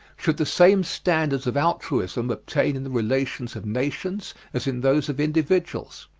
should the same standards of altruism obtain in the relations of nations as in those of individuals?